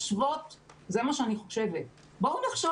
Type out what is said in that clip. וחושבות זה מה שאני חושבת 'בואו נחשוב